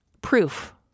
proof